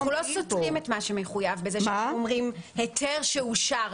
אנחנו לא סותרים את מה שמחויב בזה שאומרים היתר שאושר.